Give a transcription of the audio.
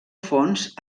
fons